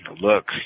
look